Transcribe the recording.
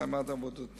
סיימה את עבודתה